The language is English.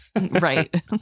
Right